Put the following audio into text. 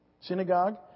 synagogue